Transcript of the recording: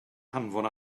hanfon